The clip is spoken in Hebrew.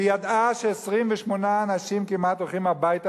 והיא ידעה ש-28 אנשים כמעט הולכים הביתה,